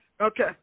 okay